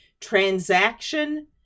transaction